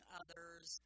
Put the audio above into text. others